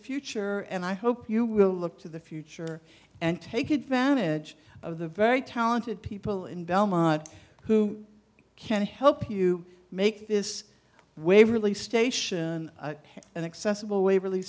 future and i hope you will look to the future and take advantage of the very talented people in belmont who can help you make this waverley station an accessible waverley